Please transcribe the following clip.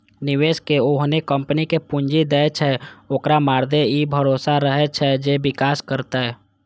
निवेशक ओहने कंपनी कें पूंजी दै छै, जेकरा मादे ई भरोसा रहै छै जे विकास करतै